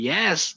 Yes